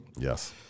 Yes